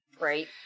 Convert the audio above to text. Right